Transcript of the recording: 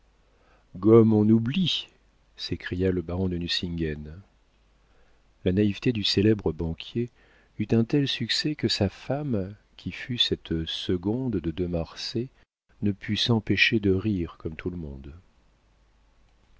gomme on ouplie s'écria le baron de nucingen la naïveté du célèbre banquier eut un tel succès que sa femme qui fut cette seconde de de marsay ne put s'empêcher de rire comme tout le monde